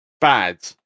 bad